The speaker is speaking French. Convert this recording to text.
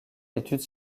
l’étude